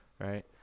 right